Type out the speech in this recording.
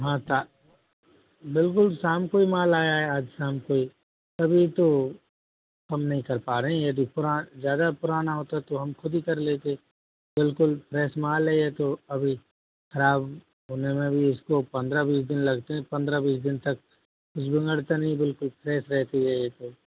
हाँ साहब बिल्कुल शाम को ही माल आया है आज शाम को ही तभी तो हम नहीं कर पा रहे हैं यदि ज़्यादा पुराना होता तो हम ख़ुद ही कर लेते बिल्कुल फ्रेश माल है ये तो अभी ख़राब होने में भी उसको पंद्रह बीस दिन लगते हैं पंद्रह बीस दिन तक कुछ बिगड़ता नहीं बिल्कुल फ्रेश रहती है ये तो